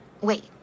Wait